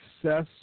success